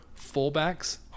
fullbacks